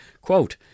quote